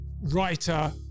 writer